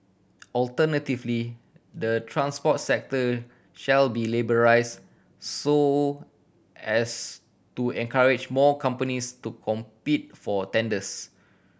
alternatively the transport sector shall be liberalise so as to encourage more companies to compete for tenders